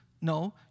No